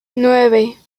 nueve